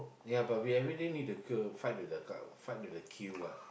ya but we everyday need to queue fight with the cu~ fight with the queue [what]